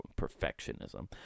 perfectionism